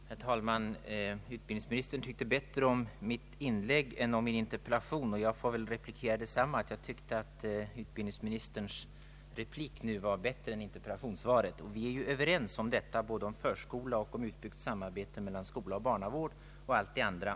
Herr talman! Utbildningsministern tyckte bättre om mitt inlägg i dag än om min interpellation. Jag får väl replikera på samma sätt, nämligen att jag tyckte att utbildningsministerns replik nu var bättre än interpellationssvaret. Vi är överens om behovet av obligatorisk förskola, om utbyggt samarbete mellan skola och barnavård och om allt det andra.